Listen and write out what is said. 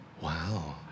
wow